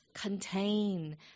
contain